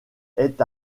est